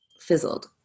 fizzled